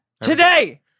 Today